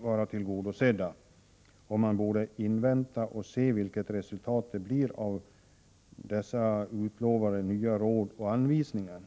vara tillgodosedda, och man borde invänta och se vilket resultat det blir av dessa utlovade nya råd och anvisningar.